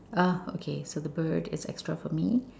ah okay so the bird is extra for me